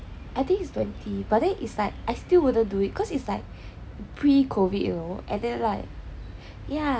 I think it's twenty but then is like I still wouldn't do it cause it's like pre COVID know and then like ya